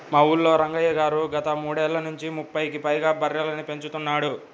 మా ఊల్లో రంగయ్య గారు గత మూడేళ్ళ నుంచి ముప్పైకి పైగా బర్రెలని పెంచుతున్నాడు